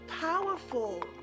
powerful